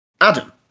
Adam